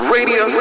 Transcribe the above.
Radio